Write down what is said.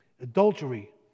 adultery